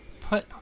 put